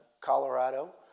Colorado